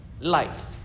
life